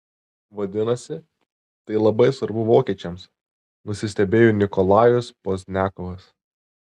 vadinasi tai labai svarbu vokiečiams nusistebėjo nikolajus pozdniakovas